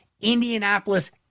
Indianapolis